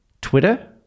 Twitter